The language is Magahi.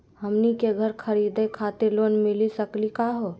हमनी के घर खरीदै खातिर लोन मिली सकली का हो?